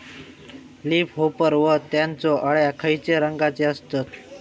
Leaf hopper व त्यानचो अळ्या खैचे रंगाचे असतत?